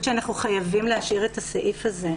שאנחנו חייבים להשאיר את הסעיף הזה,